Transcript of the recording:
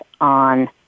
on